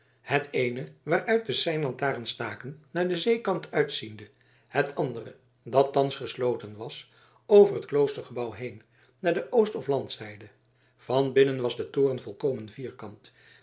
het eene waaruit de seinlantarens staken naar den zeekant uitziende het andere dat thans gesloten was over het kloostergebouw heen naar de oost of landzijde van binnen was de toren volkomen vierkant